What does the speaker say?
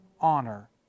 honor